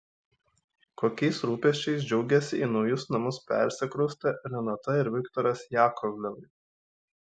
kokiais rūpesčiais džiaugiasi į naujus namus persikraustę renata ir viktoras jakovlevai